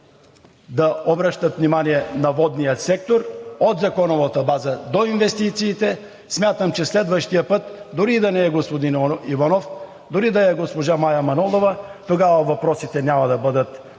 да обръщат внимание на водния сектор – от законовата база до инвестициите, смятам, че следващия път, дори и да не е господин Иванов, дори да е госпожа Мая Манолова, тогава въпросите няма да бъдат така